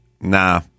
Nah